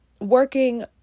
working